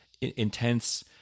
intense